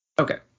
Okay